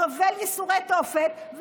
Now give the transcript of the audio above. סובל ייסורי תופת,